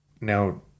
now